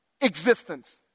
existence